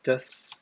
just